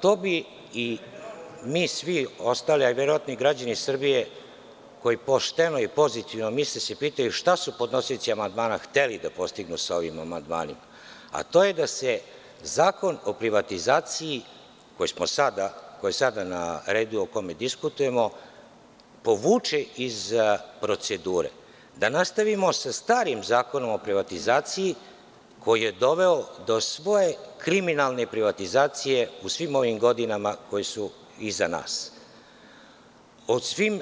To bi i svi mi ostali, a verovatno i građani Srbije koji pošteno i pozitivno misle, verovatno se pitaju šta su podnosioci amandmana hteli da postignu ovim amandmanima, a to je da se zakon o privatizaciji, koji je sada na redu i o kome diskutujemo, povuče iz procedure, da nastavimo sa starim Zakonom o privatizaciji koji je doveo do svake kriminalne privatizacije u svim ovim godinama koje su iza nas, do svih